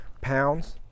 pounds